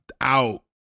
out